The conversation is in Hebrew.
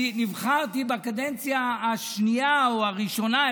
אני נבחרתי בקדנציה השנייה או הראשונה,